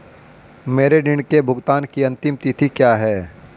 मेरे ऋण के भुगतान की अंतिम तिथि क्या है?